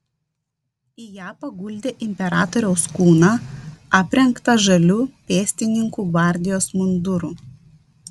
į ją paguldė imperatoriaus kūną aprengtą žaliu pėstininkų gvardijos munduru